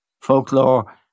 folklore